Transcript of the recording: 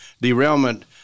derailment